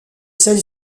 celle